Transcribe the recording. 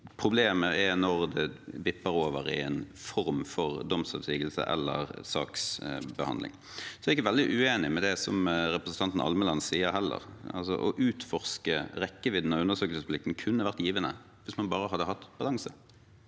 Problemet er når det vipper over i en form for domsavsigelse eller saksbehandling. Jeg er ikke veldig uenig i det Grunde Almeland sier: Å utforske rekkevidden av undersøkelsesplikten kunne vært givende hvis man bare hadde hatt balanse,